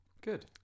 Good